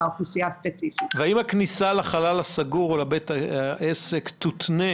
האם הכניסה לחלל הסגור או לבית העסק תותנה